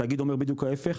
התאגיד אומר לי בדיוק ההפיך,